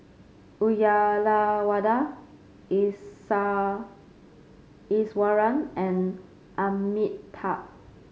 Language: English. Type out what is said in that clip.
Uyyalawada Iswaran and Amitabh